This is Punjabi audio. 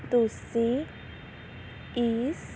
ਤੁਸੀਂ ਇਸ